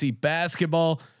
basketball